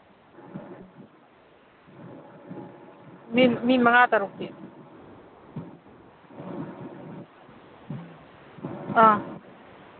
ꯃꯤ ꯃꯤ ꯃꯉꯥ ꯇꯔꯨꯛꯇꯤ ꯑꯥ